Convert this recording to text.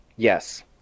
yes